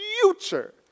future